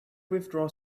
withdraw